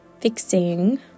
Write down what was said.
fixing